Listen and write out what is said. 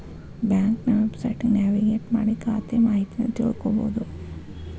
ಬ್ಯಾಂಕ್ನ ವೆಬ್ಸೈಟ್ಗಿ ನ್ಯಾವಿಗೇಟ್ ಮಾಡಿ ಖಾತೆ ಮಾಹಿತಿನಾ ತಿಳ್ಕೋಬೋದು